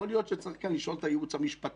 יכול להיות שצריך כאן לשאול את הייעוץ המשפטי.